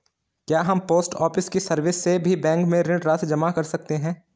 क्या हम post office की सर्विस से भी बैंक में ऋण राशि जमा कर सकते हैं?